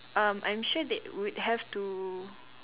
um I'm sure they would have to